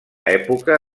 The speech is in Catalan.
època